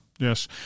Yes